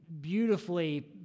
beautifully